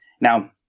Now